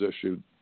issued